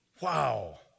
Wow